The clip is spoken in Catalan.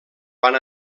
van